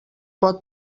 pot